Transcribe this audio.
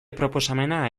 proposamena